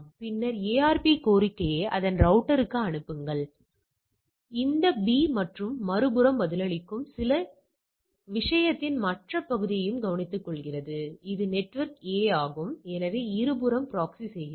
பின்னர் ARP கோரிக்கையை அந்த ரௌட்டர்க்கு அனுப்புங்கள் இது இந்த B மற்றும் மறுபுறம் பதிலளிக்கும் இது விஷயத்தின் மற்ற பகுதியையும் கவனித்துக்கொள்கிறது இது நெட்வொர்க் A ஆகும் எனவே இருபுறமும் ப்ராக்ஸி செய்கிறது